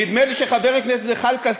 נדמה לי שחבר הכנסת זחאלקה